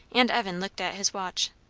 and evan looked at his watch.